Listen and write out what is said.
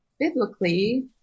Biblically